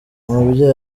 umubyeyi